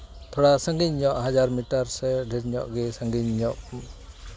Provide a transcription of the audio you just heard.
ᱛᱷᱚᱲᱟ ᱥᱟᱺᱜᱤᱧ ᱧᱚᱜ ᱦᱟᱡᱟᱨ ᱢᱤᱴᱟᱨ ᱥᱮ ᱰᱷᱮᱨ ᱧᱚᱜ ᱜᱮ ᱥᱟᱺᱜᱤᱧ ᱧᱚᱜ